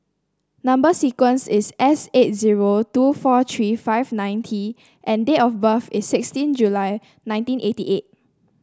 number sequence is S eight zero two four three five nine T and date of birth is sixteen July nineteen eighty eight